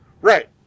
Right